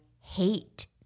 hate